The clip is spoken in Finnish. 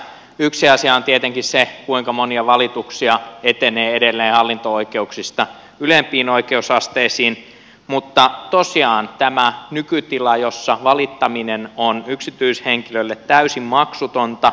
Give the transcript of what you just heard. yksi asia on tietenkin se kuinka monia valituksia etenee edelleen hallinto oikeuksista ylempiin oikeusasteisiin mutta tosiaan tätä nykytilaa jossa valittaminen on yksityishenkilölle täysin maksutonta pitäisi tarkastella